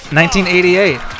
1988